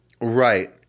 Right